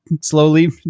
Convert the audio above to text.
slowly